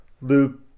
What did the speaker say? Luke